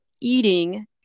eating